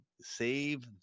Save